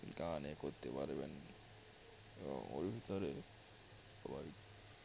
গানে করতে পারবেন এবং ওর ভিতরে আবার